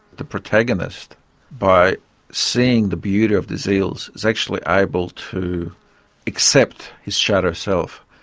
the protagonists by seeing the beauty of these eels is actually able to accept his shadow self,